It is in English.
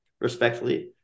respectfully